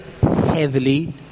heavily